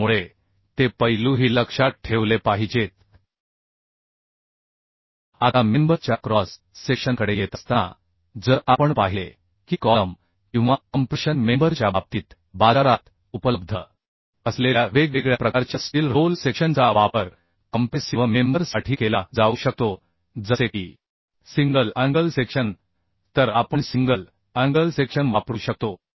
त्यामुळे ते पैलूही लक्षात ठेवले पाहिजेत आता मेंबर च्या क्रॉस सेक्शनकडे येत असताना जर आपण पाहिले की कॉलम किंवा कॉम्प्रेशन मेंबर च्या बाबतीत बाजारात उपलब्ध असलेल्या वेगवेगळ्या प्रकारच्या स्टील रोल सेक्शनचा वापर कॉम्प्रेसिव्ह मेंबर साठी केला जाऊ शकतो जसे की सिंगल अँगल सेक्शन तर आपण सिंगल अँगल सेक्शन वापरू शकतो